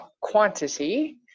quantity